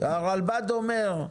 הרלב"ד אומר,